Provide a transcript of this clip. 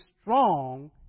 strong